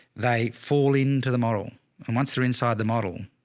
they fall into the model and once they're inside the model,